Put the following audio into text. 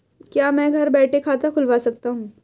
क्या मैं घर बैठे खाता खुलवा सकता हूँ?